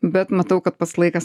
bet matau kad pats laikas